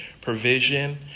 provision